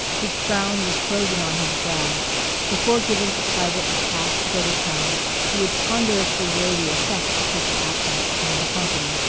his frown was frozen on his brow before giving a private a pass to go to town he would ponderously weigh the effect of such an absence upon the company,